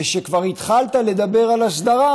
וכשכבר התחלת לדבר על הסדרה,